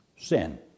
Sin